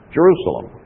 Jerusalem